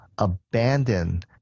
Abandon